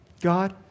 God